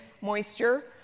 moisture